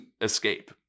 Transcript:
escape